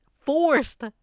forced